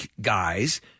guys